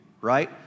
right